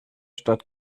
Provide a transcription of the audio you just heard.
stadt